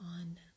on